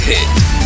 Hit